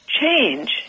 change